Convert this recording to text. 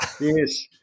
Yes